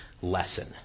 lesson